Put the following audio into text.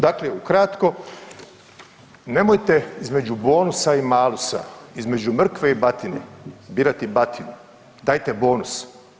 Dakle ukratko, nemojte između bonusa i malusa, između mrkve i batine birati batinu, dajte bonus.